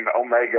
Omega